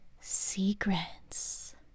secrets